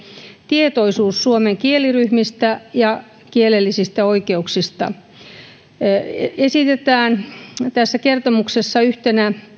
tietoisuus suomen kieliryhmistä ja kielellisistä oikeuksista tässä kertomuksessa esitetään yhtenä